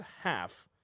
half